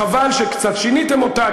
חבל שקצת שיניתם אותה,